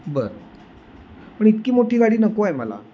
बरं पण इतकी मोठी गाडी नको आहे मला